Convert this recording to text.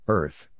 Earth